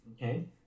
Okay